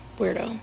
weirdo